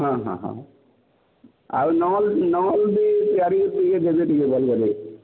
ହଁ ହଁ ହଁ ଆଉ ନଲ୍ ନଲ୍ ବି ତିଆରି ଟିକେ ଦେବେ ଟିକେ ଭଲ୍ ବେଲେ